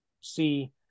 see